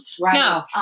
Right